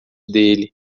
dele